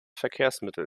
verkehrsmittel